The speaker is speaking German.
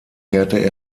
kehrte